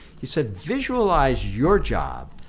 he said visualize your job,